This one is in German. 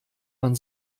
man